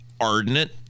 ardent